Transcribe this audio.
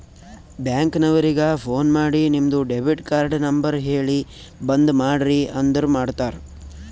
bank ನವರಿಗ phone ಮಾಡಿ ನಿಮ್ದು ಡೆಬಿಟ್ ಕಾರ್ಡ್ ನಂಬರ್ ಹೇಳಿ ಬಂದ್ ಮಾಡ್ರಿ ಅಂದುರ್ ಮಾಡ್ತಾರ